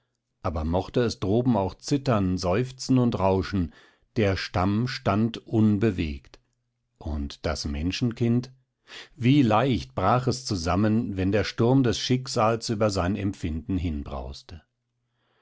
aber mochte es droben auch zittern seufzen und rauschen der stamm stand unbewegt und das menschenkind wie leicht brach es zusammen wenn der sturm des schicksals über sein empfinden